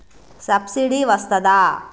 Subsidy వస్తదా?